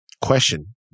question